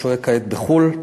השוהה כעת בחו"ל: